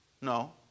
no